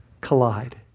Collide